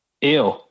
Ew